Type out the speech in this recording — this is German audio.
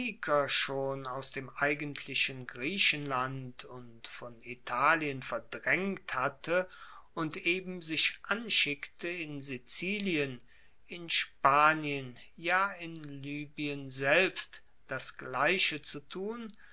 schon aus dem eigentlichen griechenland und von italien verdraengt hatte und eben sich anschickte in sizilien in spanien ja in libyen selbst das gleiche zu tun